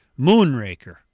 Moonraker